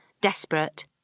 desperate